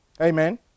Amen